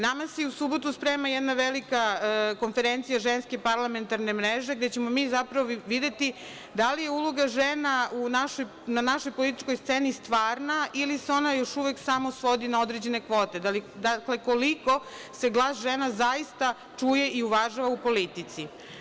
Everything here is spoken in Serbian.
Nama se i u subotu sprema jedna velika konferencija Ženske parlamentarne mreže, gde ćemo mi zapravo videti da li je uloga žena na našoj političkoj sceni stvarna ili se ona još uvek samo svodi na određene kvote, dakle, koliko se glas žena zaista čuje i uvažava u politici.